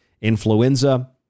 influenza